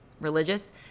religious